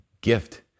gift